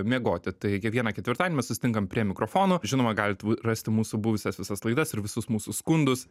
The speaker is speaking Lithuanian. miegoti tai kiekvieną ketvirtadienį mes susitinkam prie mikrofono žinoma galit rasti mūsų buvusias visas laidas ir visus mūsų skundus